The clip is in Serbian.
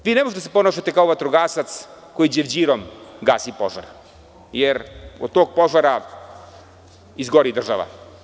Dakle, ne možete da se ponašate kao vatrogasac koji đevđirom gasi požar, jer od tog požara izgori država.